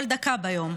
כל דקה ביום,